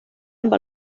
amb